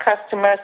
customers